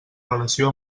relació